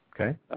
Okay